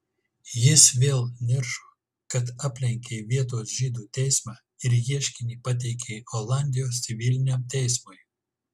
jis vėl niršo kad aplenkei vietos žydų teismą ir ieškinį pateikei olandijos civiliniam teismui